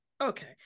okay